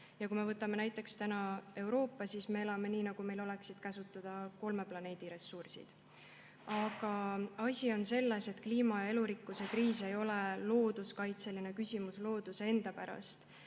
Vaatame näiteks tänapäeva Euroopat. Me elame nii, nagu meil oleksid käsutada kolme planeedi ressursid. Aga asi on selles, et kliima- ja elurikkuse kriis ei ole looduskaitseline küsimus looduse enda pärast.